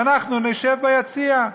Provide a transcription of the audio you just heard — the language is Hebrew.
ואנחנו נשב ביציע.